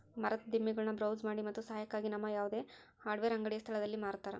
ಮರದ ದಿಮ್ಮಿಗುಳ್ನ ಬ್ರೌಸ್ ಮಾಡಿ ಮತ್ತು ಸಹಾಯಕ್ಕಾಗಿ ನಮ್ಮ ಯಾವುದೇ ಹಾರ್ಡ್ವೇರ್ ಅಂಗಡಿಯ ಸ್ಥಳದಲ್ಲಿ ಮಾರತರ